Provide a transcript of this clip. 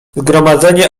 zgromadzenie